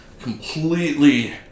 completely